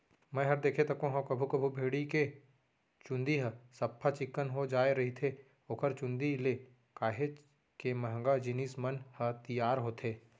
मैंहर देखें तको हंव कभू कभू भेड़ी के चंूदी ह सफ्फा चिक्कन हो जाय रहिथे ओखर चुंदी ले काहेच के महंगा जिनिस मन ह तियार होथे